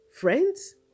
friends